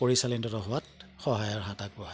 পৰিচালিত হোৱাত সহায়ৰ হাত আগবঢ়ায়